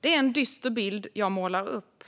Det är en dyster bild jag målar upp.